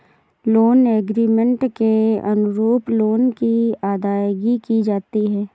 loan agreement के अनुरूप loan की अदायगी की जाती है